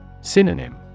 Synonym